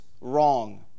wrong